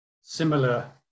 similar